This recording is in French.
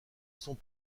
sont